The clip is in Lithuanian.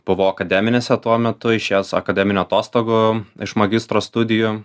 buvau akademinėse tuo metu išėjęs akademinių atostogų iš magistro studijų